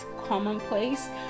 commonplace